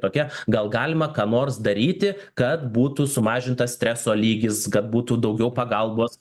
tokia gal galima ką nors daryti kad būtų sumažintas streso lygis kad būtų daugiau pagalbos